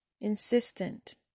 insistent